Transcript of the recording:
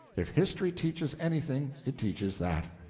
if history teaches anything, it teaches that.